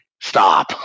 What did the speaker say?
stop